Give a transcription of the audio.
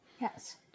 yes